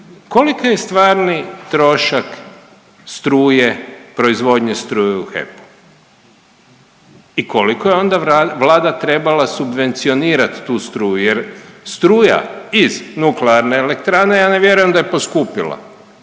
Koliki je stvarni trošak struje, proizvodnje struje u HEP-u i koliko je onda Vlada trebala subvencionirat tu struju jer struja iz nuklearne elektrane ja ne vjerujem da je poskupila,